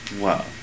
Wow